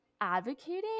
advocating